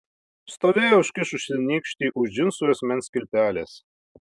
stovėjo užkišusi nykštį už džinsų juosmens kilpelės